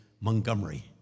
Montgomery